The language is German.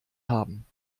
haben